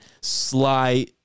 sly